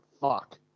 fuck